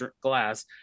glass